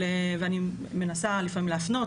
ואני מנסה לפעמים להפנות,